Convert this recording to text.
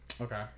Okay